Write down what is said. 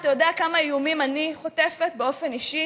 אתה יודע כמה איומים אני חוטפת באופן אישי